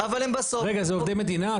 רגע, זה עובדי מדינה?